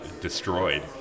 destroyed